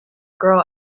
girl